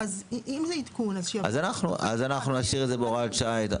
אז נשאיר את זה בהוראת שעה.